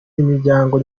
imiryango